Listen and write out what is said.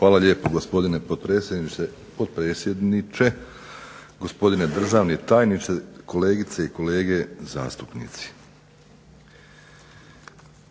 uvaženi gospodine potpredsjedniče, gospodine državni tajniče, kolegice i kolege.